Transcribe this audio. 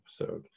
episode